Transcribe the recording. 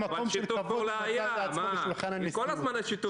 תסתתרו מאחורי כל מיני סיסמאות.